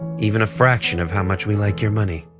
even a fraction of how much we like your money.